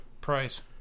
price